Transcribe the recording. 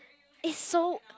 it's so